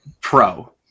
pro